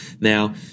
Now